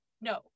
no